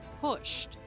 pushed